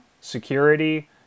security